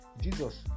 Jesus